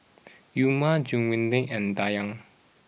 Umar Juwita and Dayang